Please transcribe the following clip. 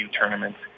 tournaments